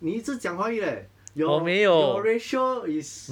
你一直讲华语 leh your your ratio is